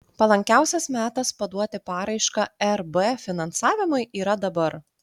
palankiausias metas paduoti paraišką rb finansavimui yra dabar